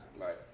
Right